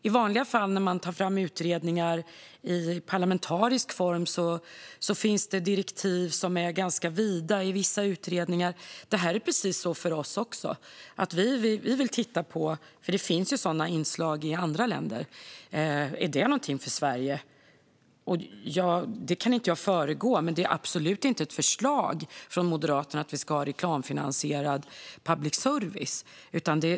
I vanliga fall när man tar fram utredningar i parlamentarisk form finns det direktiv i vissa av dessa utredningar som är ganska vida, och precis så är det för oss också. Det finns sådana inslag i andra länder, och vi vill titta på om det är något för Sverige. Detta kan jag inte föregripa, men det är absolut inte ett förslag från Moderaterna att vi ska ha reklamfinansierad public service.